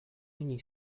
ogni